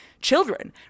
children